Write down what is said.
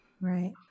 Right